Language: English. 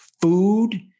food